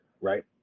right